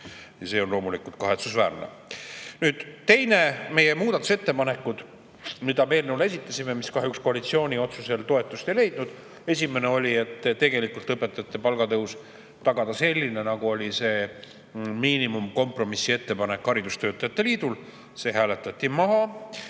See on loomulikult kahetsusväärne. Nüüd teine asi, meie muudatusettepanekud, mis me eelnõu kohta esitasime ja mis kahjuks koalitsiooni otsusel toetust ei leidnud. Esimene oli, et tagada tegelikult selline õpetajate palga tõus, nagu oli miinimumkompromissi ettepanek haridustöötajate liidul. See hääletati maha.